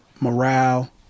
morale